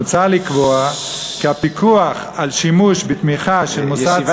מוצע לקבוע כי הפיקוח על שימוש בתמיכה של מוסד ציבור,